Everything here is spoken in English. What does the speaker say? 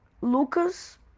Lucas